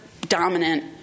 dominant